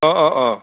অঁ অঁ অঁ